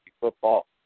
football